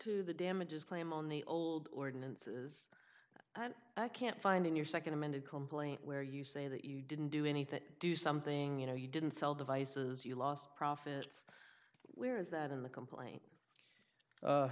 to the damages claim on the old ordinances and i can't find in your second amended complaint where you say that you didn't do anything do something you know you didn't sell devices you lost profits where is that in the complaint